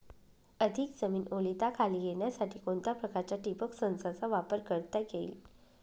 अधिक जमीन ओलिताखाली येण्यासाठी कोणत्या प्रकारच्या ठिबक संचाचा वापर करता येईल?